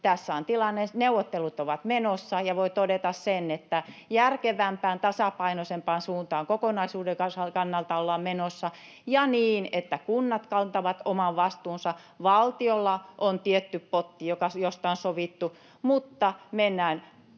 Tässä neuvottelut ovat menossa, ja voi todeta sen, että järkevämpään, tasapainoisempaan suuntaan kokonaisuuden kannalta ollaan menossa ja niin, että kunnat kantavat oman vastuunsa. Valtiolla on tietty potti, josta on sovittu, mutta mennään